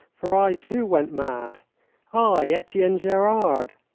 for i, too, went mad i, etienne gerard!